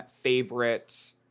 favorite